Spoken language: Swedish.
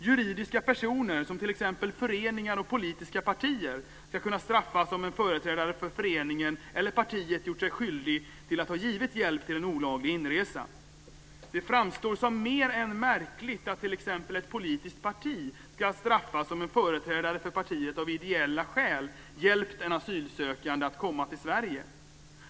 Juridiska personer, som t.ex. föreningar och politiska partier, ska kunna straffas om en företrädare för föreningen eller partiet gjort sig skyldig till att ha givit hjälp till en olaglig inresa. Det framstår som mer än märkligt att t.ex. ett politiskt parti ska straffas om en företrädare för partiet av ideella skäl hjälpt en asylsökande att komma till Sverige.